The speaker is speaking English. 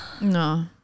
No